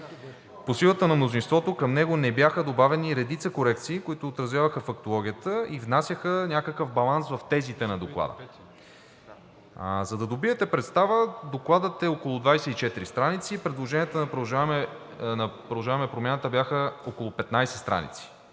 По силата на мнозинството към него не бяха добавени редица корекции, които отразяваха фактологията и внасяха някакъв баланс в тезите на Доклада. За да добиете представа, Докладът е около 24 страници. Предложенията на „Продължаваме Промяната“ бяха около 15 страници